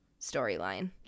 storyline